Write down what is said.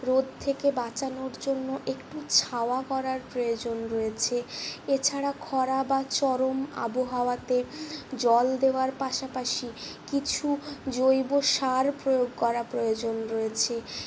রোদ থেকে বাঁচানোর জন্য একটু ছায়া করার প্রয়োজন রয়েছে এছাড়া খরা বা চরম আবহাওয়াতে জল দেওয়ার পাশাপাশি কিছু জৈবসার প্রয়োগ করা প্রয়োজন রয়েছে